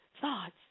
Thoughts